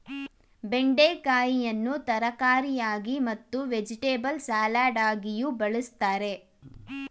ಬೆಂಡೆಕಾಯಿಯನ್ನು ತರಕಾರಿಯಾಗಿ ಮತ್ತು ವೆಜಿಟೆಬಲ್ ಸಲಾಡಗಿಯೂ ಬಳ್ಸತ್ತರೆ